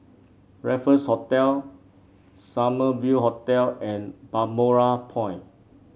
Raffles Hotel Summer View Hotel and Balmoral Point